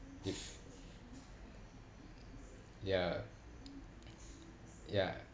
ya ya